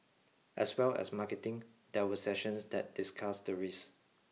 as well as marketing there were sessions that discussed the risk